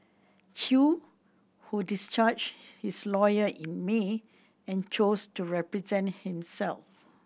Chew who discharged his lawyer in May and chose to represent himself